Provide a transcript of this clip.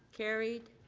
carried.